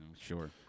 Sure